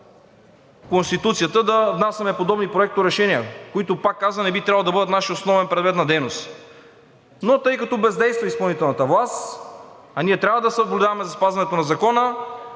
Конституцията да внасяме подобни проекторешения, които, пак казвам, не би трябвало да бъдат наш основен предмет на дейност. Но тъй като изпълнителната власт бездейства, а ние трябва да съблюдаваме за спазването на Закона,